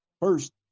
First